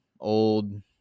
old